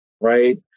right